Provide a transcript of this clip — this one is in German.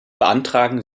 beantragen